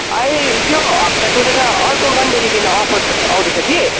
अइ यो हप्ता छोडेर अर्को मन्डेदेखि अफर आउँदैछ कि